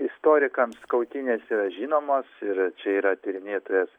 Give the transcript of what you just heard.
istorikams kautynės yra žinomos ir čia yra tyrinėtojas